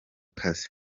kazi